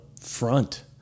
front